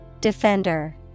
Defender